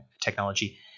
technology